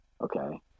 Okay